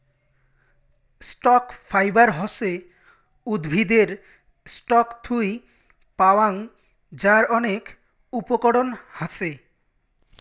stock fibre হসে উদ্ভিদের stalk থুই পাওয়াং যার অনেক উপকরণ হাছে